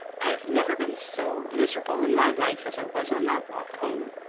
i have never been so miserable in my life as i was on that walk home.